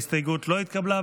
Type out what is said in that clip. ההסתייגות לא התקבלה.